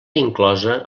inclosa